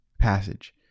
passage